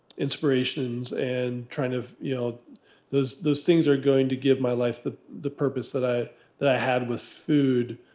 inspirations. and kind of you know those those things are going to give my life the the purpose that i that i had with food.